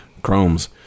chromes